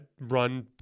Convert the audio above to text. run